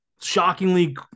shockingly